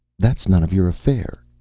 that's none of your affair,